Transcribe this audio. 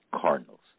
Cardinals